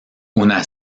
una